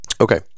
Okay